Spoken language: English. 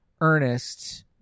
Ernest